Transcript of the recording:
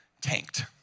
tanked